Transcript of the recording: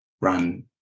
run